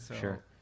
Sure